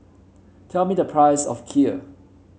tell me the price of Kheer